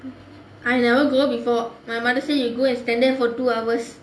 I never go before my mother say you go and stand there for two hours